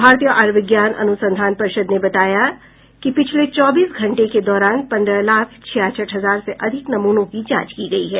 भारतीय आयुर्विज्ञान अनुसंधान परिषद ने बताया है कि पिछले चौबीस घंटे के दौरान पंद्रह लाख छियासठ हजार से अधिक नमूनों की जांच की गई है